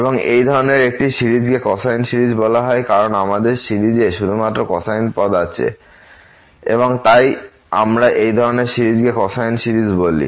এবং এই ধরনের একটি সিরিজকে কোসাইন সিরিজ বলা হয় কারণ আমাদের সিরিজে শুধুমাত্র কোসাইন পদ আছে এবং তাই আমরা এই ধরনের সিরিজকে কোসাইন সিরিজ বলি